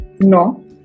No